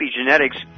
Epigenetics